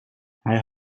hij